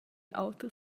auter